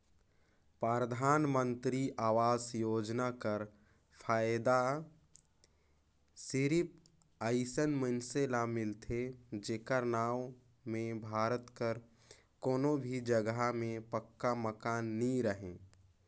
परधानमंतरी आवास योजना कर फएदा सिरिप अइसन मइनसे ल मिलथे जेकर नांव में भारत कर कोनो भी जगहा में पक्का मकान नी रहें